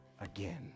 again